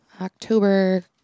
October